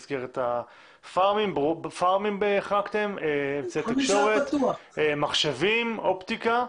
פארמים החרגתם, אמצעי תקשורת, מחשבים, אופטיקה.